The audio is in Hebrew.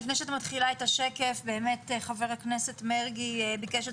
לפני שאת מתחילה את השקף באמת חבר הכנסת מרגי ביקש את